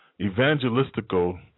evangelistical